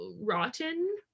Rotten